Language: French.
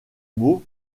mots